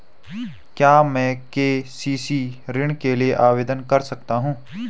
क्या मैं के.सी.सी ऋण के लिए आवेदन कर सकता हूँ?